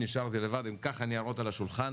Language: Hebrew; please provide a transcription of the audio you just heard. נשארתי לבד עם ככה ניירות על השולחן.